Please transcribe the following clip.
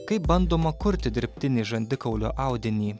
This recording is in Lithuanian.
kaip bandoma kurti dirbtinį žandikaulio audinį